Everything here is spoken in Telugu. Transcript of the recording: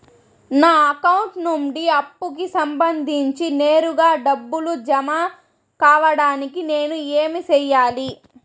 నా అకౌంట్ నుండి అప్పుకి సంబంధించి నేరుగా డబ్బులు జామ కావడానికి నేను ఏమి సెయ్యాలి?